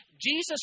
Jesus